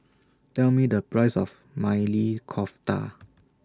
Tell Me The Price of Maili Kofta